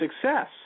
success